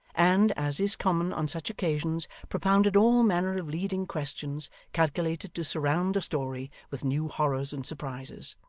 and, as is common on such occasions, propounded all manner of leading questions calculated to surround the story with new horrors and surprises.